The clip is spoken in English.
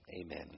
Amen